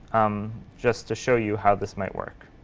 um just to show you how this might work.